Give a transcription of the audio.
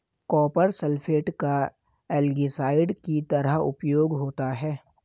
copper sulphate का algicide की तरह उपयोग होता है